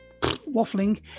waffling